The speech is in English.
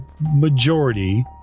majority